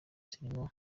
zirimo